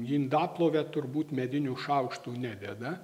į indaplovę turbūt medinių šaukštų nededa